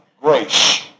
grace